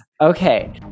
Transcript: Okay